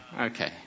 Okay